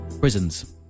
prisons